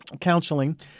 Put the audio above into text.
counseling